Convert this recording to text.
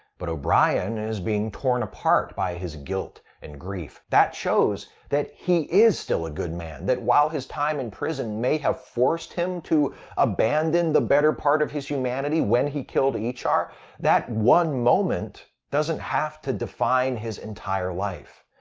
but o'brien is being torn apart by his guilt and grief. that shows that he is still a good man, that while his time in prison may have forced him to abandon the better part of his humanity when he killed ee'char, that one moment doesn't have to define his entire life.